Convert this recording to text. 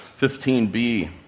15b